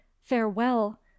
farewell